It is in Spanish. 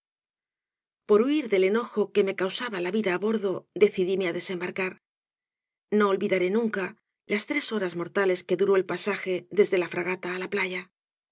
por huir del enojo que me causaba la vida á bordo decidíme á desembarcar no olvidaré nunca las tres horas mortales que duró el pasaje desde la fragata á la playa